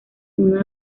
uno